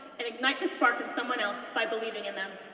and ignite the spark in someone else by believing in them.